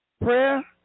Prayer